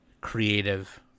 creative